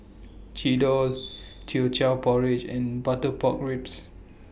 Chendol Teochew Porridge and Butter Pork Ribs